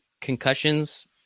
concussions